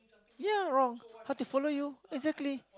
ya wrong how to follow you exactly